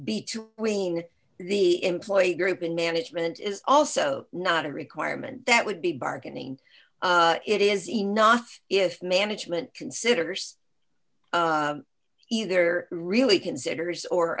between the employee group in management is also not a requirement that would be bargaining it is enough if management considers either really considers or